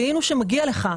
זיהינו שמגיע לך.